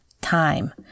Time